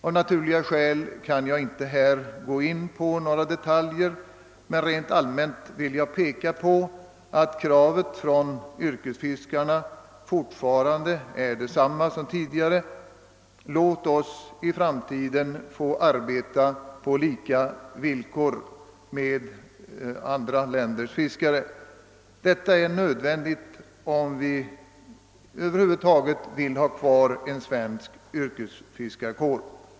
Av naturliga skäl kan jag inte gå in på några detaljer, men rent allmänt vill jag peka på att kravet från yrkesfiskarna är detsamma som tidigare: Låt oss i framtiden få arbeta på samma villkor som andra länders fiskare! Detta är nödvändigt om det över huvud taget skall bli möjligt att ha kvar en svensk yrkesfiskarkår.